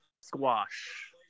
squash